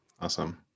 Awesome